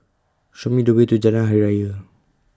Show Me The Way to Jalan Hari Raya